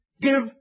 give